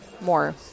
more